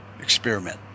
experiment